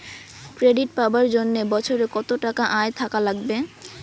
Credit পাবার জন্যে বছরে কত টাকা আয় থাকা লাগবে?